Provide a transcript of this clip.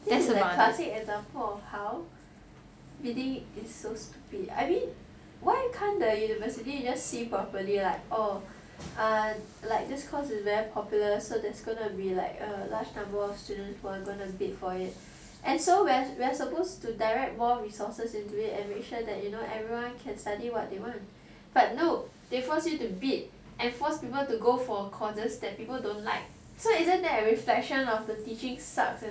this is a classic example of how bidding is so stupid I mean why can't the university just see properly like oh err like this course is very popular so there's gonna be like a large number of students who's gonna bid for it and so we're we're supposed to direct more resources into it and make sure that you know everyone can study what they want but no they force you to bid and forced people to go for courses that people don't like so isn't that a reflection of the teaching sucks